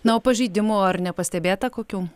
na o pažeidimų ar nepastebėta kokių